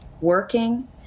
working